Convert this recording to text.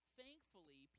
thankfully